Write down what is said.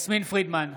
יסמין פרידמן,